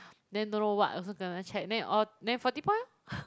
then don't know what also kena check then all then forty points lor